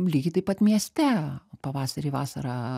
lygiai taip pat mieste pavasarį vasarą